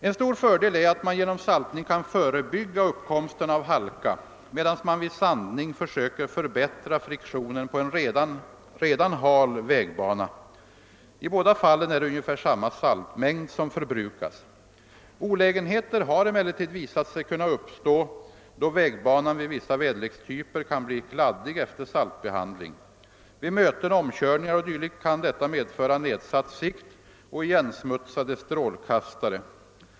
En stor fördel är att man genom saltning kan förebygga uppkomsten av halka, medan man vid sandning försöker förbättra friktionen på en redan hal vägbana. I båda fallen är det ungefär samma saltmängd som förbrukas. Olägenheter har emellertid visat sig kunna uppstå då vägbanan vid vissa väderlekstyper kan bli kladdig efter saltbehandling. Vid möten, omkörningar o. d. kan detta medföra nedsatt sikt och igensmutsade strålkastare.